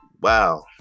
wow